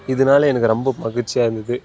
இதனால எனக்கு ரொம்ப மகிழ்ச்சியாக இருந்தது